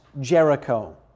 Jericho